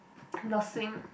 nursing